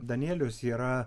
danielius yra